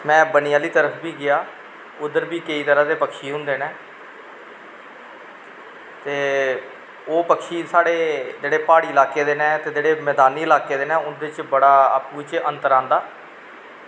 में बनी आह्ली तरफ वी गेआ उद्धर बी केईं तरह ते पक्षी होंदे ने ते ओह् पक्षी साढ़े जेह्ड़े प्हाड़ी लाह्के दे ने ते जेह्ड़े मैदानी लाह्के दे ने उं'दे च बड़ा अप्पूं चैं अन्तर आंदा